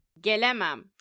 Gelemem